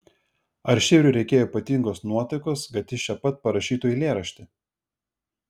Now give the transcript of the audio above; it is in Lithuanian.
ar širviui reikėjo ypatingos nuotaikos kad jis čia pat parašytų eilėraštį